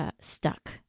stuck